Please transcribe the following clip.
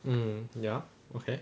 mm ya okay